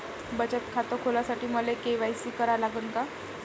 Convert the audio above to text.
बचत खात खोलासाठी मले के.वाय.सी करा लागन का?